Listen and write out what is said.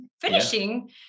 finishing